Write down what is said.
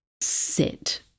sit